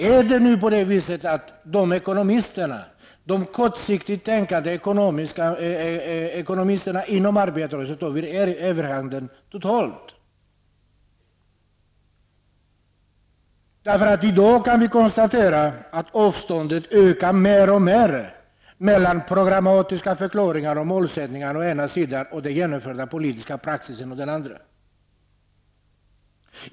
Har de kortsiktigt ekonomiskt tänkande personerna inom arbetarrörelsen helt fått övertaget? I dag kan vi konstatera att avståndet mellan programmatiska mål å ena sidan och den politiska praxisen å andra sidan ökar mer och mer.